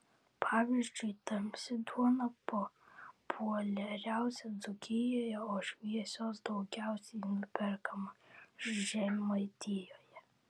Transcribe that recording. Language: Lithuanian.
pavyzdžiui tamsi duona populiariausia dzūkijoje o šviesios daugiausiai nuperkama žemaitijoje